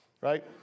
right